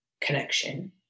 connection